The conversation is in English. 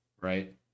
Right